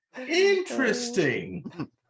Interesting